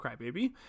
Crybaby